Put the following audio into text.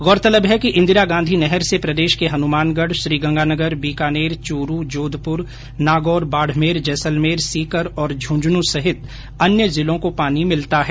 गौरतलब है कि इंदिरागांधी नहर से प्रदेश के हनुमानगढ़ श्रीगंगानगर बीकानेर चूरू जोधपुर नागौर बाड़मेर जैसलमेर सीकर और झुंझुंनू सहित अन्य जिलों को पानी मिलता है